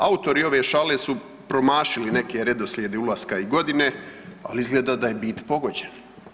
Autori ove šale su promašili neke redoslijede ulaska i godine, ali izgleda da je bit pogođena.